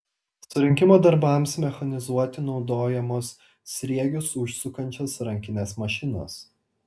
surinkimo darbams mechanizuoti naudojamos sriegius užsukančios rankinės mašinos